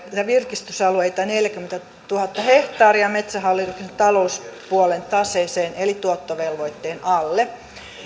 ja virkistysalueita neljäkymmentätuhatta hehtaaria metsähallituksen talouspuolen taseeseen eli tuottovelvoitteen alle